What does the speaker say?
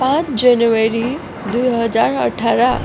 पाँच जनवरी दुई हजार अठार